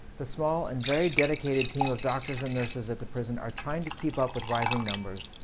the small and very dedicated team of doctors and nurses at the prison are trying to keep up with rising numbers,